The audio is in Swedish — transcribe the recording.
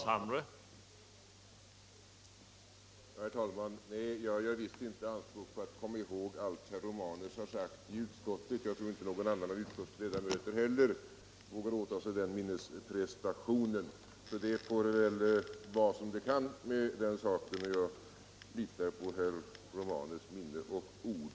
Herr talman! Jag gör visst inte anspråk på att komma ihåg allt som herr Romanus har sagt i utskottet, och jag tror inte heller att någon annan av utskottets ledamöter vågar åta sig den minnesprestationen. Det får väl vara som det kan med den saken, och jag litar på herr Romanus minne och ord.